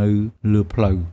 នៅលើផ្លូវ។